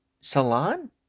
salon